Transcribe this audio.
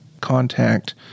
contact